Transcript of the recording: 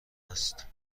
است